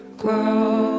grow